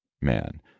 man